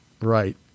right